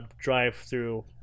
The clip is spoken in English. drive-through